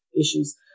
issues